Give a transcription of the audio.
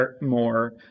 more